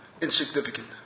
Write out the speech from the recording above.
insignificant